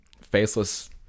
Faceless